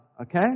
okay